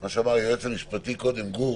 גור,